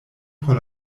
por